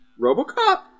Robocop